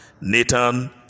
Nathan